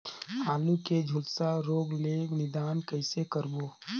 आलू के झुलसा रोग ले निदान कइसे करबो?